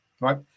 Right